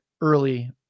early